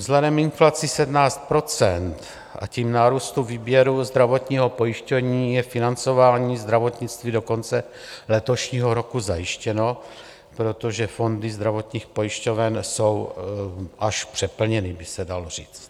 Vzhledem k inflaci 17 %, a tím nárůstu výběru zdravotního pojištění je financování zdravotnictví do konce letošního roku zajištěno, protože fondy zdravotních pojišťoven jsou až přeplněny, by se dalo říct.